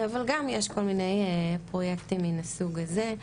אבל גם יש כל מיני פרויקטים מן הסוג הזה.